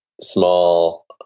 small